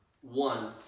One